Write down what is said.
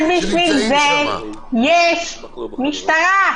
אבל בשביל זה יש משטרה.